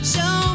Show